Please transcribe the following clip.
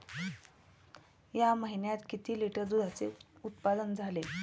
या महीन्यात किती लिटर दुधाचे उत्पादन झाले?